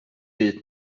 dit